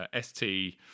ST